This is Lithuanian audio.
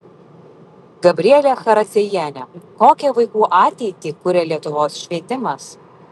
gabrielė characiejienė kokią vaikų ateitį kuria lietuvos švietimas